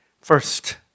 first